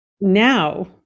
now